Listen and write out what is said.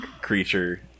creature